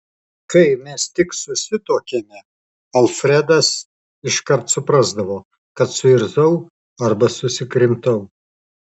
kai mes tik susituokėme alfredas iškart suprasdavo kad suirzau ar susikrimtau